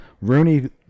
Rooney